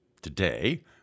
Today